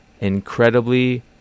incredibly